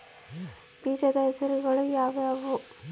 ಬೇಜದ ಹೆಸರುಗಳು ಯಾವ್ಯಾವು?